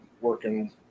working